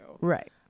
Right